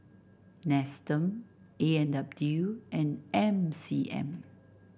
Nestum A and W and M C M